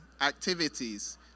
activities